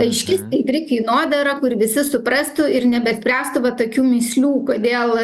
aiški skaidri kainodara kur visi suprastų ir nebespręstų va tokių mįslių kodėl